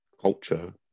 culture